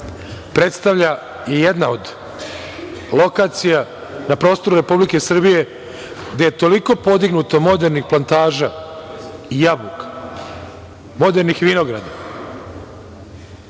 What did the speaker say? predstavlja i jedna je od lokacija na prostoru Republike Srbije gde je toliko podignuto modernih plantaža jabuka, modernih vinograda,